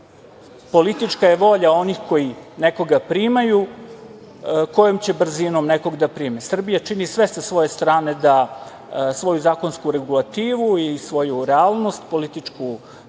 Hrvatska. Politička je volja onih koji nekoga primaju, kojom će brzinom nekog da prime. Srbija čini sve sa svoje strane da svoju zakonsku regulativu i svoju realnost, političku praksu